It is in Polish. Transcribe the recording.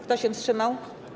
Kto się wstrzymał?